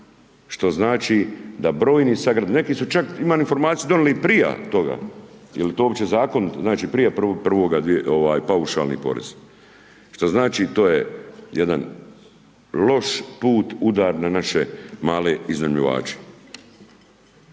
što znači da brojni sad, neki su čak imali informaciju donijeli prije toga, je li to uopće zakonito? Znači prije 1.1. paušalni porez. Što znači to je jedan loš put, udar na naše male iznajmljivače.